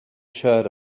shirt